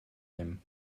him